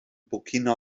burkina